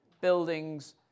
buildings